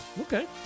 okay